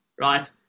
right